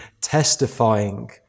testifying